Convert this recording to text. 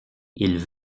ils